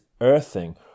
earthing